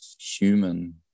human